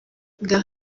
gary